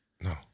No